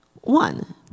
one